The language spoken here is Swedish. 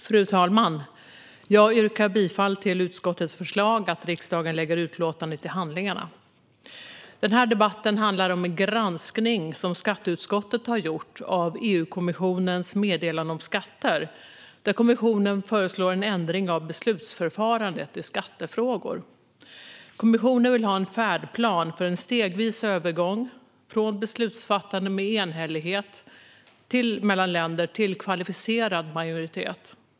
Fru talman! Jag yrkar bifall till utskottets förslag att riksdagen lägger utlåtandet till handlingarna. Den här debatten handlar om en granskning som skatteutskottet har gjort av EU-kommissionens meddelande om skatter där kommissionen föreslår en ändring av beslutsförfarandet i skattefrågor. Kommissionen vill ha en färdplan för en stegvis övergång från beslutsfattande med enhällighet mellan länder till kvalificerad majoritet.